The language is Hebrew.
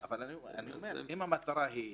אם המטרה היא